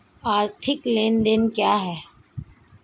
आर्थिक लेनदेन क्या है?